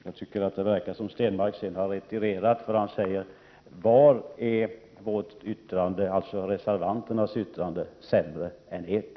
Jag tycker att det verkar som om Stenmarck sedan har retirerat, eftersom han nu frågar varför reservanternas förslag till yttrande är sämre än vårt.